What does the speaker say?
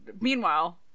meanwhile